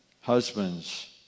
husbands